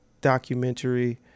documentary